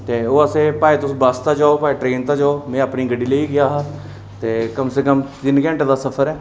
ते ओह् असें भाएं तुस बस दा जाओ भाएं ट्रेन दा जाओ में अपने गड्डी लेइयै गेआ हा ते कम से कम तिन्न घैंटे दा सफर ऐ